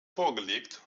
vorgelegt